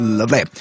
Lovely